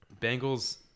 Bengals